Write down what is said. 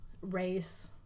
race